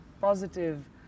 positive